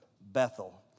Bethel